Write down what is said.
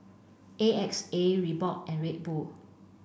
A X A Reebok and Red Bull